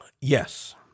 Yes